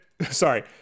Sorry